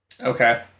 Okay